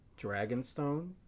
Dragonstone